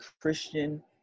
Christian